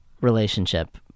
relationship